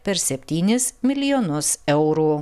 per septynis milijonus eurų